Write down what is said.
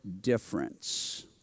difference